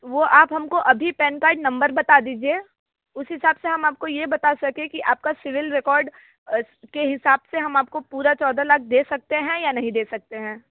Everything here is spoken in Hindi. वो आप हमको अभी पेनकार्ड नंबर बता दीजिए उस हिसाब से हम आपको ये बता सके कि आपका सिविल रिकॉर्ड के हिसाब से हम आपको पूरा चौदह लाख दे सकते हैं या नहीं दे सकते हैं